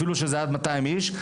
אפילו של עד 200 איש,